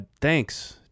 thanks